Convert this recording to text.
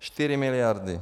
Čtyři miliardy.